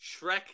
Shrek